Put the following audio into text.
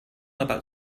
about